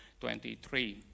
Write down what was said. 23